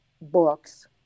books